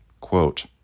quote